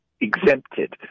exempted